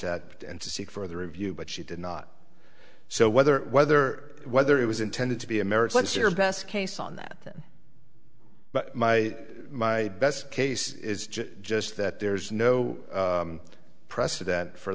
that and to seek further review but she did not so whether whether whether it was intended to be a marriage what's your best case on that but my my best case is just that there's no precedent for